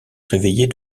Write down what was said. réveillait